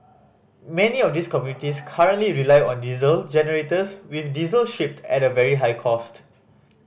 many of these communities currently rely on diesel generators with diesel shipped at very high cost